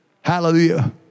Hallelujah